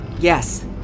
Yes